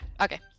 okay